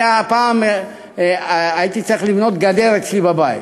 פעם אני הייתי צריך לבנות גדר אצלי בבית.